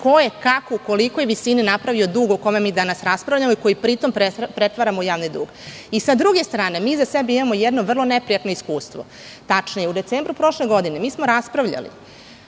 ko je, kako, u kolikoj visini napravio dug o kojem mi danas raspravljamo i koji pri tom pretvaramo u javni dug. Sa druge strane, mi iza sebe imamo jedno vrlo neprijatno iskustvo. Tačnije, u decembru prošle godine mi smo raspravljali,